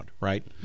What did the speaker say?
right